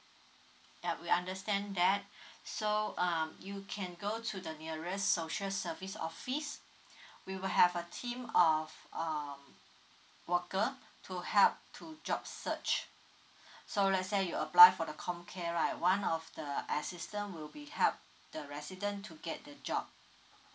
yup we understand that so um you can go to the nearest social service office we will have a team of um worker to help to job search so let's say you apply for the com care right one of the assistant will be help the resident to get the job